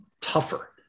tougher